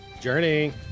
Journey